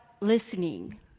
listening